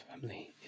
family